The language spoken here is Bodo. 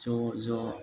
ज' ज'